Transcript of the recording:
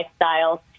Lifestyles